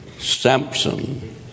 Samson